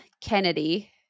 Kennedy